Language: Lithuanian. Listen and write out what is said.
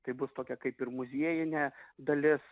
tai bus tokia kaip ir muziejinė dalis